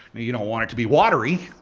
you don't want it to be watery,